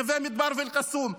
נווה מדבר ואל-קסום.